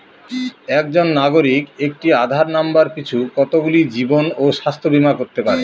একজন নাগরিক একটি আধার নম্বর পিছু কতগুলি জীবন ও স্বাস্থ্য বীমা করতে পারে?